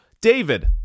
David